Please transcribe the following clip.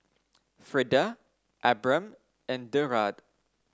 Freida Abram and Derald